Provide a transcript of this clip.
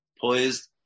poised